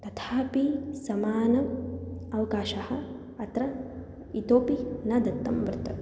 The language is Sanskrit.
तथापि समानः अवकाशः अत्र इतोऽपि न दत्तं वर्तते